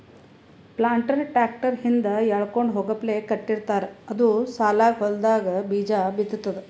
planter tractor ಹಿಂದ್ ಎಳ್ಕೊಂಡ್ ಹೋಗಪ್ಲೆ ಕಟ್ಟಿರ್ತಾರ್ ಅದು ಸಾಲಾಗ್ ಹೊಲ್ದಾಗ್ ಬೀಜಾ ಬಿತ್ತದ್